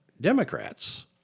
Democrats